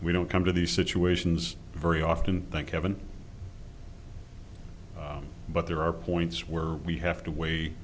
we don't come to these situations very often thank heaven but there are points where we have to weigh